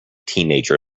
teenager